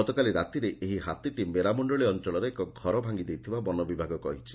ଗତକାଲି ରାତିରେ ଏହି ହାତୀଟି ମେରାମଣ୍ଡଳୀ ଅଞ୍ଞଳର ଏକ ଘର ଭାଙ୍ଗି ଦେଇଥିବା ବନବିଭାଗ କହିଛି